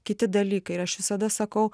kiti dalykai ir aš visada sakau